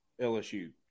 LSU